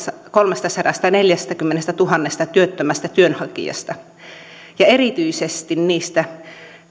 kolmestasadastaneljästäkymmenestätuhannesta työttömästä työnhakijasta ja erityisesti niistä